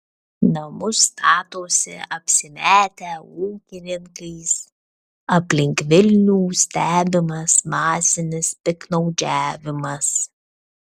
namus statosi apsimetę ūkininkais aplink vilnių stebimas masinis piktnaudžiavimas